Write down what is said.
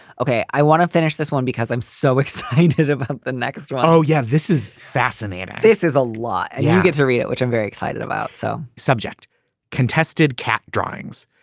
ok. i want to finish this one because i'm so excited. the next. oh yeah. this is fascinating. this is a lot. and yeah get to rio, which i'm very excited about so subject contested cat drawings.